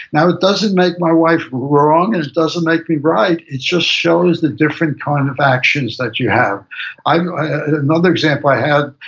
now it doesn't make my wife wrong, and it doesn't make me right. it just shows the different kind of actions that you have another example i had.